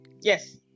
Yes